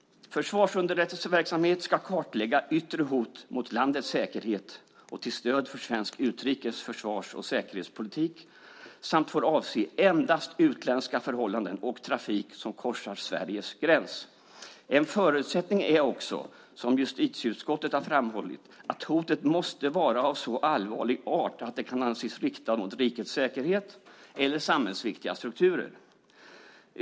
Försvarsunderrättelseverksamhet ska kartlägga yttre hot mot landets säkerhet och till stöd för svensk utrikes-, försvars och säkerhetspolitik samt får endast avse utländska förhållanden och trafik som korsar Sveriges gräns. En förutsättning är också - som justitieutskottet har framhållit - att hotet måste vara av så allvarlig art att det kan anses riktat mot rikets säkerhet eller samhällsviktiga strukturer.